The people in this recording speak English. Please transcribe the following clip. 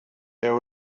there